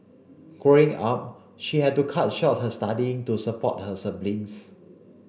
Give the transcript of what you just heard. Growing Up she had to cut short her studying to support her siblings